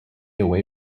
away